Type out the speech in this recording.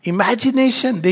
Imagination